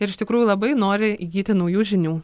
ir iš tikrųjų labai nori įgyti naujų žinių